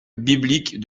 biblique